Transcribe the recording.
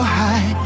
high